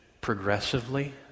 progressively